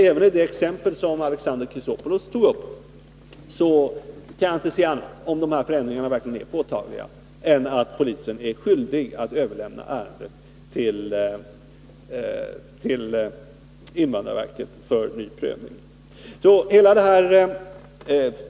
Äveni det exempel som Alexander Chrisopoulos tog upp kan jag alltså inte se annat än att polisen, om förändringarna verkligen är påtagliga, är skyldig att överlämna ärendet till invandrarverket för ny prövning.